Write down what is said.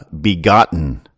begotten